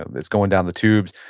um it's going down the tubes,